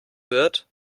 wird